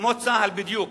כמו צה"ל בדיוק.